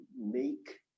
make